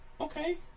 Okay